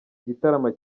gitaramo